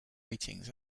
ratings